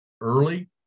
early